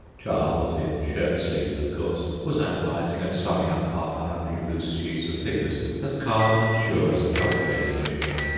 charles, in shirt-sleeves of course, was analyzing and summing up half a hundred loose sheets of figures, as calm and sure as a calculating machine.